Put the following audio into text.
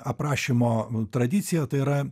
aprašymo tradiciją tai yra